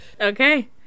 Okay